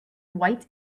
white